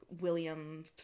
William